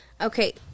Okay